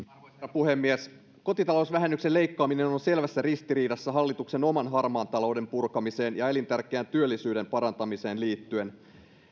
puhemies kotitalousvähennyksen leikkaaminen on on selvässä ristiriidassa hallituksen omaan harmaan talouden purkamiseen ja elintärkeään työllisyyden parantamiseen liittyen